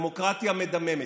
הדמוקרטיה מדממת,